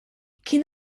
kien